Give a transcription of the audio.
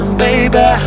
baby